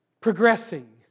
progressing